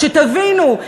שתבינו,